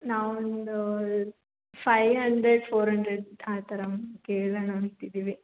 ನಾವು ಒಂದು five hundred four hundred ಆ ಥರ ಕೇಳೋಣ ಅಂತಿದ್ದೀವಿ